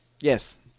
yes